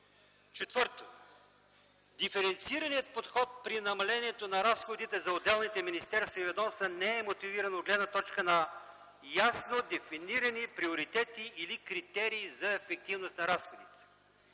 Четвърто, диференцираният подход при намалението на разходите за отделните министерства и ведомства не е мотивиран от гледна точка на ясно дефинирани приоритети или критерии за ефективност на разходите.